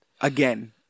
again